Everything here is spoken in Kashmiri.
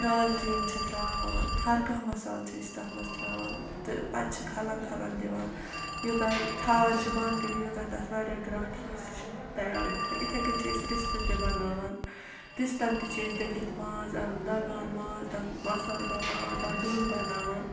دالچیٖن چھِ ترٛاوان ہرکانٛہہ مصالہٕ چھِ أسۍ تَتھ منٛز ترٛاوان تہٕ پَتہٕ چھِ کھَلَن کھَلَن دِوان یوٚتانۍ تھاوان چھِ بنٛد کٔرِتھ یوٚتانۍ تَتھ واریاہ گرٛیکھ یی سُہ چھِ تیار گژھان اِتھَے کٔنۍ چھِ أسۍ رِستہٕ تہِ بناوان رِستَن تہِ چھِ أسۍ دٔگِتھ ماز اَن دگان ماز تَتھ مصالہٕ بَناوان تَتھ ڈُلہٕ بناوان